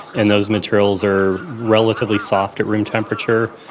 and those materials are relatively soft at room temperature.